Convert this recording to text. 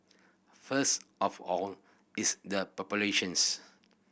first of all it's the populations